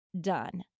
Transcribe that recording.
done